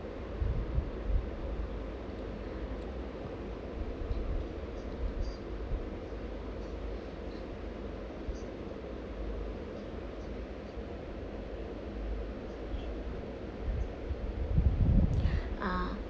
uh